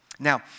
Now